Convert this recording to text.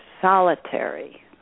solitary